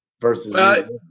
versus